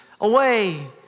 away